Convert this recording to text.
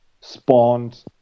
spawned